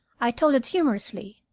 i told it humorously,